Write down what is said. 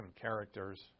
characters